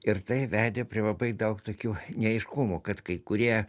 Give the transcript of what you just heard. ir tai vedė prie labai daug tokių neaiškumų kad kai kurie